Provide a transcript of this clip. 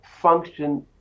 function